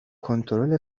کنترل